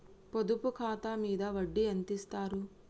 పొదుపు ఖాతా మీద వడ్డీ ఎంతిస్తరు?